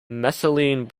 methylene